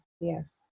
yes